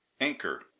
Anchor